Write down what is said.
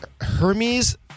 Hermes